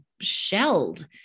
shelled